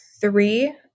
three